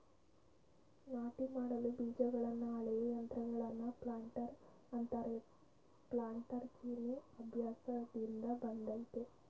ನಾಟಿ ಮಾಡಲು ಬೀಜಗಳನ್ನ ಅಳೆಯೋ ಯಂತ್ರಗಳನ್ನ ಪ್ಲಾಂಟರ್ ಅಂತಾರೆ ಪ್ಲಾನ್ಟರ್ ಚೀನೀ ಅಭ್ಯಾಸ್ದಿಂದ ಬಂದಯ್ತೆ